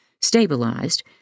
stabilized